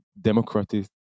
democratic